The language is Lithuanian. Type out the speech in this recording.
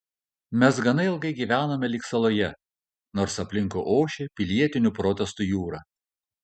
mes gana ilgai gyvenome lyg saloje nors aplinkui ošė pilietinių protestų jūra